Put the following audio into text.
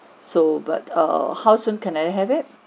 so but err how soon can I have it